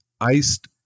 iced